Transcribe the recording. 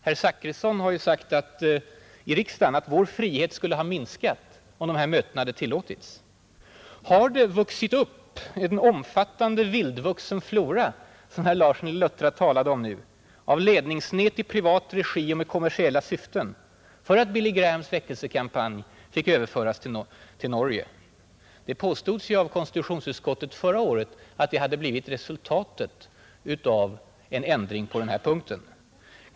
Herr Zachrisson har ju sagt i riksdagen att vår frihet skulle ha minskat om dessa möten hade tillåtits. Har det vuxit upp en omfattande ”vildvuxen flora” — som herr Larsson talade om nyss — av ledningsnät i privat regi och med kommersiella syften därför att Billy Grahams väckelsekampanj fick överföras till Norge? Konstitutionsutskottet påstod förra året att det skulle bli resultatet av en ändring på denna punkt.